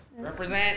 Represent